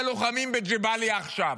ללוחמים בג'באליה עכשיו,